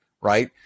Right